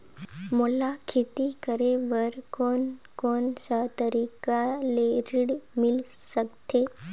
मोला खेती करे बर कोन कोन सा तरीका ले ऋण मिल सकथे?